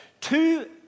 Two